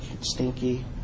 stinky